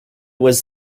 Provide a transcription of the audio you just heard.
was